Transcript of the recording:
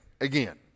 again